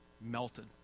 melted